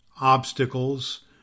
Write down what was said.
obstacles